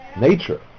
nature